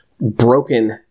broken